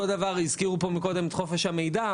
אותו דבר, הזכירו כאן קודם את חופש המידע.